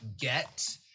get